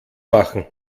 machen